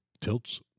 Tilts